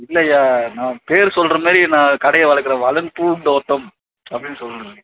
இல்லையா நான் பேர் சொல்கிற மாதிரி நான் கடையை வளர்க்குறேன் வளன் பூந்தோட்டம் அப்படின்னு சொல்லணுங்கய்யா